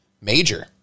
major